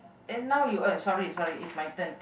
and now you uh sorry sorry is my turn